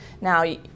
Now